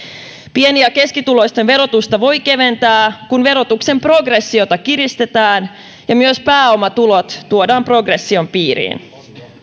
pieni ja keskituloisten verotusta voi keventää kun verotuksen progressiota kiristetään ja myös pääomatulot tuodaan progression piiriin